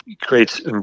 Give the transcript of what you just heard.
creates